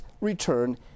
return